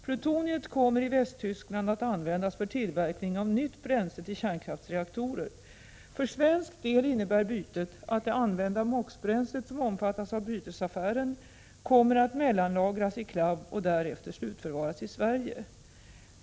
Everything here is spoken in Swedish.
Plutoniet kommer i Västtyskland att användas för tillverkning av nytt bränsle till kärnkraftsreaktorer. För svensk del innebär bytet att det använda MOX-bränslet som omfattas av bytesaffären kommer att mellanlagras i CLAB och därefter slutförvaras i Sverige.